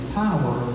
power